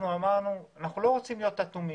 אנחנו אמרנו שאיננו רוצים להיות אטומים.